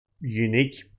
unique